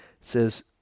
says